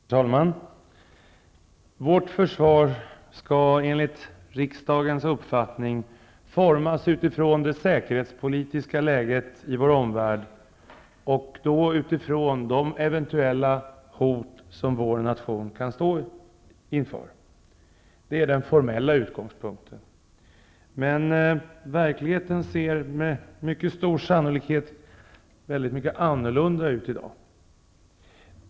Herr talman! Vårt försvar skall enligt riksdagens uppfattning formas utifrån det säkerhetspolitiska läget i vår omvärld och då utifrån de eventuella hot som vår nation kan stå inför. Det är den formella utgångspunkten. Men verkligheten ser med mycket stor sannolikhet väldigt mycket annorlunda ut i dag.